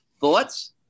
Thoughts